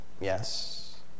Yes